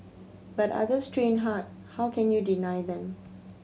but others train hard how can you deny them